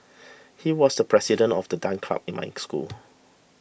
he was the president of the dance club in my school